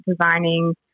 designing